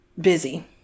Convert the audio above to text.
busy